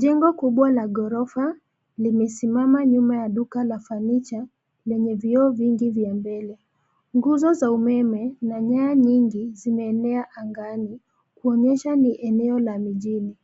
Jengo kubwa la gorofa limesimama nyuma ya duka la fanicha lenye vioo vingi vya mbele. Nguzo za umeme na nyaya nyingi zimeenea angani kuonyesha ni eneo la mijini.